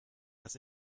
das